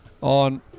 on